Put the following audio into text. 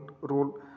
role